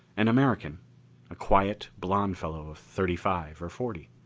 an american a quiet, blond fellow of thirty-five or forty.